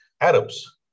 Arabs